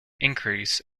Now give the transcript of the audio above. increase